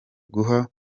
guha